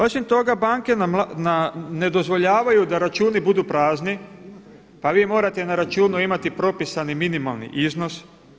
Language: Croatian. Osim toga banke ne dozvoljavaju da računi budu prazni pa vi morate na računu imati propisani minimalni iznos.